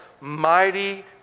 Mighty